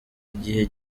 igihe